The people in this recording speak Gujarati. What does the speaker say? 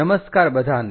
નમસ્કાર બધાને